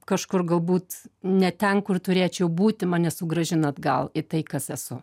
kažkur galbūt ne ten kur turėčiau būti mane sugrąžina atgal į tai kas esu